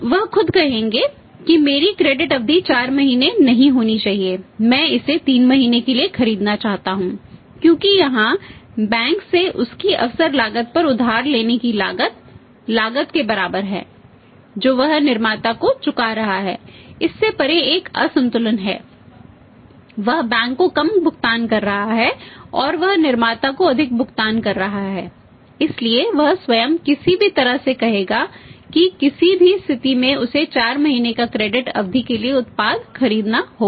वह खुद कहेंगे कि मेरी क्रेडिट अवधि के लिए उत्पाद खरीदना होगा